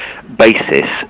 basis